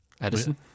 Edison